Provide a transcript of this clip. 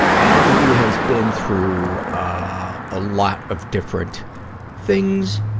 and who has been through, ah, a lot of different things.